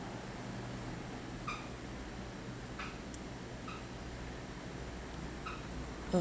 uh